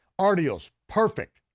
artios, perfect,